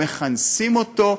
מכנסים אותו,